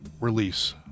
release